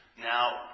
now